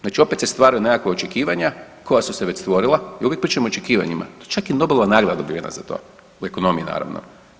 Znači opet se stvaraju nekakva očekivanja koja su se već stvorila, ja uvijek pričam o očekivanjima čak je i Nobelova nagrada dobivena za to u ekonomiji naravno.